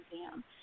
Museum